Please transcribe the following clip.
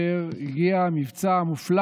כאשר הגיע המבצע המופלא